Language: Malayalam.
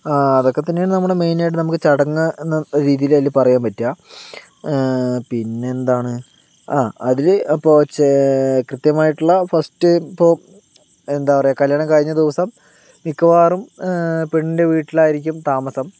അതൊക്കെ തന്നെയാണ് നമ്മുടെ മെയിൻ ആയിട്ട് നമുക്ക് ചടങ്ങ് എന്ന രീതിയിൽ അതില് പറയാൻ പറ്റുക പിന്നെന്താണ് അതില്പ്പോ ചെ കൃത്യമായിട്ടുള്ള ഫസ്റ്റ് ഇപ്പോ എന്താ പറയാ കല്യാണം കഴിഞ്ഞ ദിവസം മിക്കവാറും പെണ്ണിൻറെ വീട്ടിലായിരിക്കും താമസം